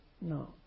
no